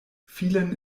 vielen